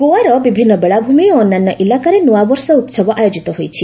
ଗୋଆର ବିଭିନ୍ନ ବେଳାଭୂମି ଓ ଅନ୍ୟାନ ଇଲାକାରେ ନୃଆବର୍ଷ ଉହବ ଆୟୋଜିତ ହୋଇଛି